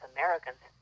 Americans